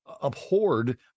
abhorred